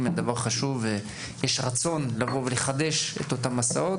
הן דבר חשוב ויש רצון לחדש את המסעות,